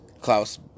Klaus